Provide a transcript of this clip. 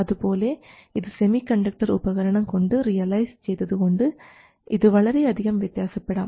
അതുപോലെ ഇത് സെമികണ്ടക്ടർ ഉപകരണം കൊണ്ട് റിയലൈസ് ചെയ്തത് കൊണ്ട് ഇത് വളരെയധികം വ്യത്യാസപ്പെടാം